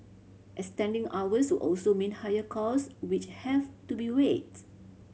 extending hours would also mean higher cost which have to be weighed